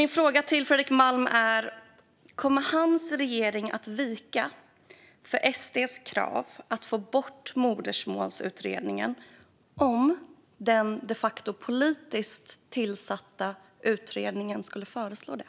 Min fråga till Fredrik Malm är om hans regering kommer att ge vika för SD:s krav att ta bort modersmålsundervisningen om den de facto politiskt tillsatta utredningen skulle föreslå det.